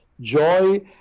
joy